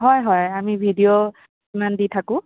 হয় হয় আমি ভিডিঅ' ইমান দি থাকোঁ